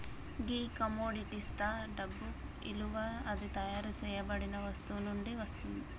గీ కమొడిటిస్తా డబ్బు ఇలువ అది తయారు సేయబడిన వస్తువు నుండి వస్తుంది